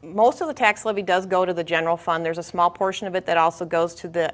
most of the tax levied does go to the general fund there's a small portion of it that also goes to the